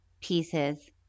pieces